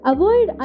Avoid